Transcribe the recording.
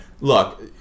look